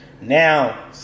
Now